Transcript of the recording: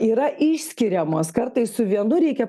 yra išskiriamos kartais su vienu reikia